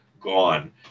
gone